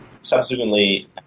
subsequently